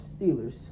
Steelers